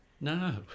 No